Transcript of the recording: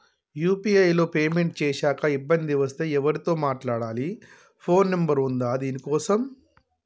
UPI లో payment చేశాక ఇబ్బంది వస్తే ఎవరితో మాట్లాడాలి? ఫోన్ నంబర్ ఉందా దీనికోసం?